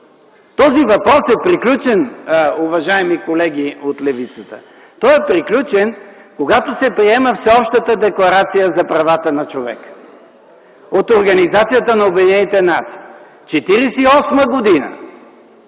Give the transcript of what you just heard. този въпрос е приключен, уважаеми колеги от левицата. Той е приключен, когато се приема Всеобщата декларация за правата на човека от Организацията на обединените нации. През 1948